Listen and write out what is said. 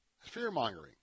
Fear-mongering